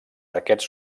aquests